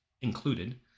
included